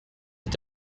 est